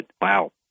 wow